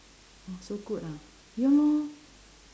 so good ah ya lor